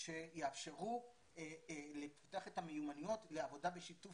שיאפשרו לפתח את המיומנויות לעבודה בשיתוף